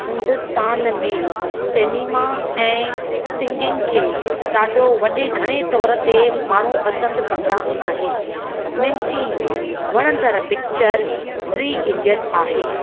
हिंदुस्तान में सिनेमा ऐं सिंगिंग खे ॾाढो वॾे घणे तौर ते माण्हू पसंदि कंदा आहिनि मुंहिंजी वणंदड़ु पिचर थ्री इडियट आहे